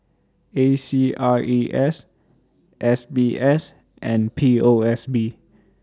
A C R E S S B S and P O S B